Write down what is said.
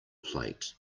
plate